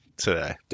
today